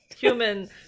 Human